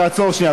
תעצור שנייה,